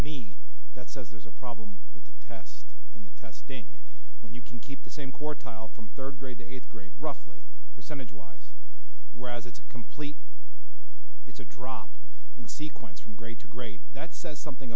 me that says there's a problem with the test and the testing when you can keep the same core tile from third grade eight grade roughly percentage wise whereas it's a complete it's a drop in sequence from grade to grade that says something